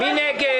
מי נגד?